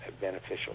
beneficial